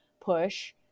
push